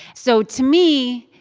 so to me,